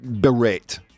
berate